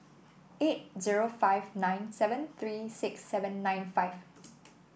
eight zero five nine seven three six seven nine five